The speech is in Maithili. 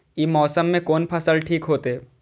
ई मौसम में कोन फसल ठीक होते?